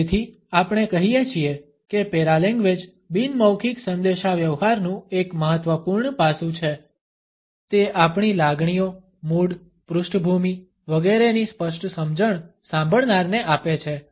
તેથી આપણે કહીએ છીએ કે પેરાલેંગ્વેજ બિન મૌખિક સંદેશાવ્યવહારનું એક મહત્વપૂર્ણ પાસું છે તે આપણી લાગણીઓ મૂડ પૃષ્ઠભૂમિ વગેરેની સ્પષ્ટ સમજણ સાંભળનારને આપે છે